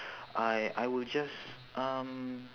I I will just um